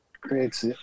creates